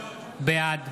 בעד